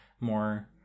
more